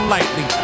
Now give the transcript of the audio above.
Lightly